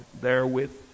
therewith